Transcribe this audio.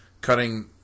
cutting